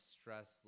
stress